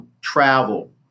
travel